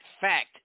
fact